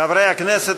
חברי הכנסת,